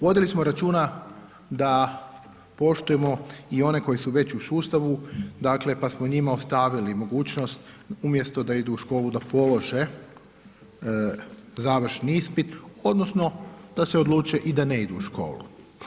Vodili smo računa da poštujemo i one koji su već u sustavu, dakle, pa smo njima ostavili mogućnost, umjesto da idu u školu da polože završni ispit odnosno, da se odluče i da ne idu u školu.